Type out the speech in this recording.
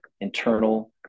internal